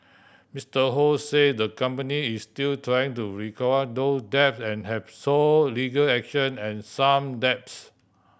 Mister Ho say the company is still trying to recover those debt and have sought legal action on some debts